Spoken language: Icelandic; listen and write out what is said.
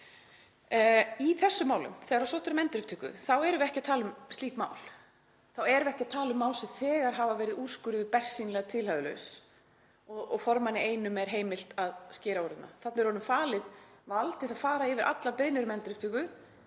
Í þessum málum, þegar sótt er um endurupptöku, erum við ekki að tala um slík mál. Þá erum við ekki að tala um mál sem þegar hafa verið úrskurðuð bersýnilega tilhæfulaus og formanni einum er heimilt að skera úr um það. Þarna er honum falið vald til að fara yfir allar beiðnir um endurupptöku